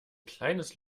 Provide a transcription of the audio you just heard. kleines